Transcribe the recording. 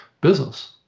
business